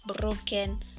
broken